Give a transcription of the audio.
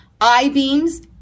I-beams